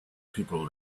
people